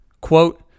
Quote